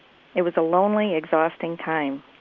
it was a lonely exhausting time.